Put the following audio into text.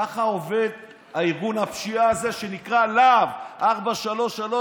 ככה עובד ארגון הפשיעה הזה שנקרא להב 433,